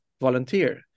volunteer